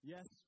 Yes